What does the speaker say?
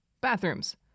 bathrooms